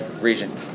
region